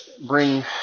bring